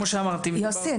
יוסי,